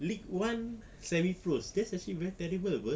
league one semi-pro that's actually very terrible [pe]